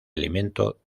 elemento